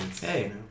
Hey